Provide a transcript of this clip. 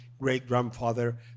great-grandfather